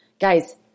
Guys